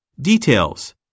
Details